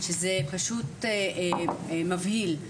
שזה מבהיל.